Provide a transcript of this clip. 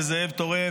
זה זאב טורף.